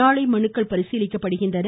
நாளை மனுக்கள் பரிசீலிக்கப்படுகின்றன